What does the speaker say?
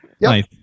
Nice